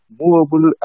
movable